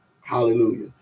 Hallelujah